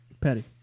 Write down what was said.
Petty